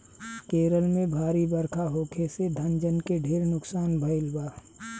केरल में भारी बरखा होखे से धन जन के ढेर नुकसान भईल बा